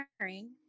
sharing